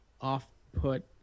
off-put